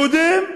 יהודים,